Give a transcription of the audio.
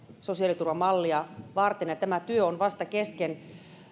sosiaaliturvamallia varten ja tämä työ on vielä kesken